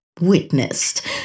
Witnessed